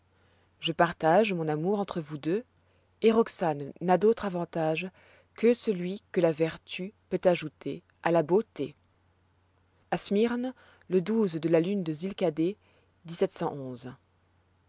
je partage mon amour entre vous deux et roxane n'a d'autre avantage que celui que la vertu peut ajouter à la beauté à smyrne le de la lune de